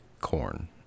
corn